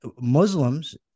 Muslims